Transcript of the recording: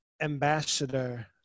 ambassador